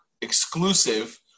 exclusive